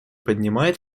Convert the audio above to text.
поднимает